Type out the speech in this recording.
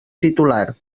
titular